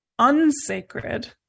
unsacred